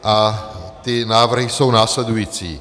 A ty návrhy jsou následující.